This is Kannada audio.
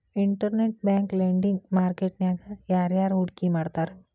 ಇನ್ಟರ್ನೆಟ್ ಬ್ಯಾಂಕ್ ಲೆಂಡಿಂಗ್ ಮಾರ್ಕೆಟ್ ನ್ಯಾಗ ಯಾರ್ಯಾರ್ ಹೂಡ್ಕಿ ಮಾಡ್ತಾರ?